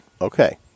Okay